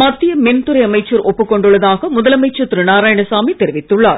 மத்திய மின்துறை அமைச்சர் ஒப்புக் கொண்டுள்ளதாக முதலமைச்சர் திரு நாராயணசாமி தெரிவித்துள்ளார்